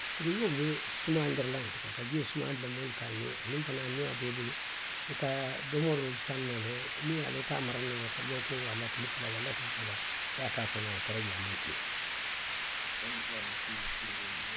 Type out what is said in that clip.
Firigoo mu sumuyaandirilaŋo le ti. ka jio sumuyaandi le moolu ka a miŋ, aniŋ fanaŋ niŋ a be i bulu, i ka domoroolu saŋ noo le miŋ i ye a loŋ ne i te a mara noo la fo lookuŋ walla tili fula, wala tili saba i ye a ke a kono a ye tara jee a maŋ tiňaa